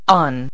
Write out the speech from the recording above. on